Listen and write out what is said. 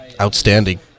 Outstanding